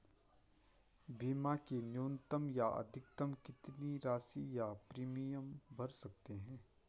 बीमा की न्यूनतम या अधिकतम कितनी राशि या प्रीमियम भर सकते हैं?